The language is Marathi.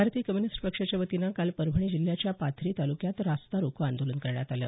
भारतीय कम्युनिस्ट पक्षाच्या वतीनं काल परभणी जिल्ह्याच्या पाथरी तालुक्यात रस्ता रोको आंदोलन करण्यात आलं